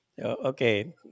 okay